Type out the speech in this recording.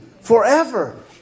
forever